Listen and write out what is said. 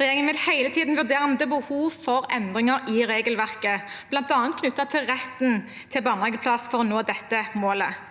Regjeringen vil hele tiden vurdere om det er behov for endringer i regelverket, bl.a. knyttet til retten til barnehageplass, for å nå dette målet.